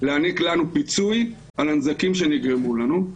להעניק לנו פיצוי על הנזקים שנגרמו לנו.